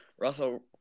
Russell